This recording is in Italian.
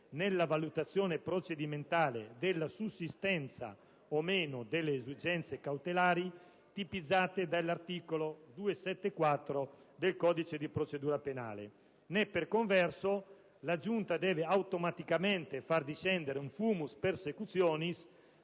nella valutazione procedimentale della sussistenza o meno delle esigenze cautelari tipizzate dall'articolo 274 del codice di procedura penale; né per converso la Giunta deve automaticamente far discendere un *fumus persecutionis*